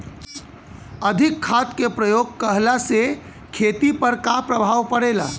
अधिक खाद क प्रयोग कहला से खेती पर का प्रभाव पड़ेला?